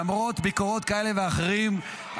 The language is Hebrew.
למרות ביקורות כאלה ואחרות,